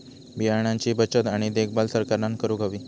बियाणांची बचत आणि देखभाल सरकारना करूक हवी